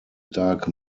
dark